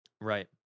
Right